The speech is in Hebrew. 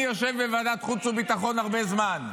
אני יושב בוועדת החוץ והביטחון הרבה זמן.